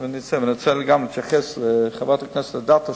ואני רוצה להתייחס לחברת הכנסת אדטו,